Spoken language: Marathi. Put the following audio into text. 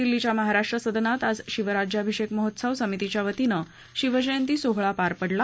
दिल्लीच्या महाराष्ट्र सदनात आज शिवराज्यभिषेक महोत्सव समितीच्यावतीने शिवजयंती सोहळा पार पडला